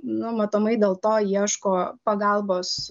nu matomai dėl to ieško pagalbos